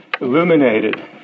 illuminated